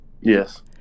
Yes